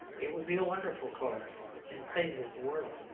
it would be a wonderful chorus in praise of the world.